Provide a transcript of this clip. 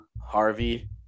Harvey